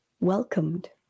welcomed